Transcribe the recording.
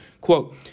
Quote –